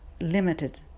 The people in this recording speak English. limited